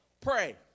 pray